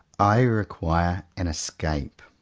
i require an escape.